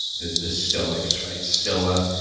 the the stoics, right? stoa,